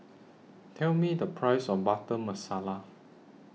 Tell Me The Price of Butter Masala